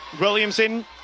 Williamson